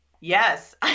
Yes